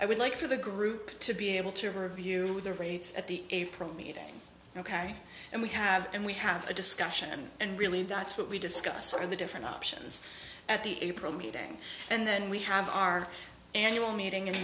i would like for the group to be able to review the rates at the april meeting ok and we have and we have a discussion and really that's what we discussed sort of the different options at the april meeting and then we have our annual meeting in